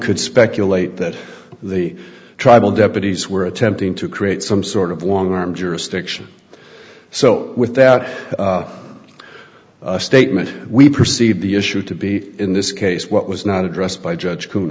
could speculate that the trial well deputies were attempting to create some sort of long arm jurisdiction so with that statement we perceive the issue to be in this case what was not addressed by judge